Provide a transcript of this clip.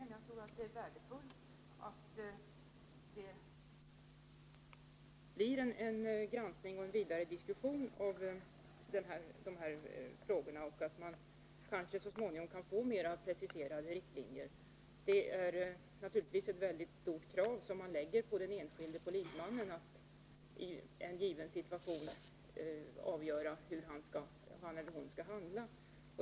Herr talman! Jag ber att få tacka justitieministern för denna komplettering. Jag tror att det är värdefullt att det blir en granskning och en vidare diskussion när det gäller dessa frågor och att man kanske så småningom kan få mer preciserade riktlinjer. Det är naturligtvis ett mycket stort ansvar som man lägger på den enskilde polismannen — att i en given situation avgöra hur han eller hon skall handla.